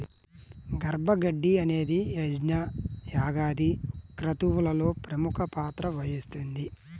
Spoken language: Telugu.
దర్భ గడ్డి అనేది యజ్ఞ, యాగాది క్రతువులలో ప్రముఖ పాత్ర వహిస్తుంది